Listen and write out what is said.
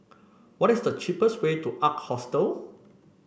what is the cheapest way to Ark Hostel